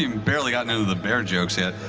and barely gotten to the bear jokes yet.